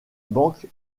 banque